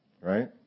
Right